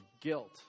guilt